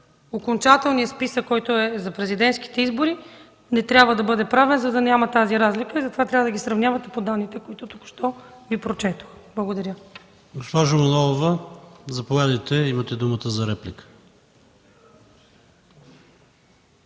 окончателния списък, който е за президентските избори, не трябва да бъде правено, за да няма тази разлика. Затова трябва да ги сравнявате по данните, които току-що Ви прочетох. Благодаря.